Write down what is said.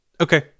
okay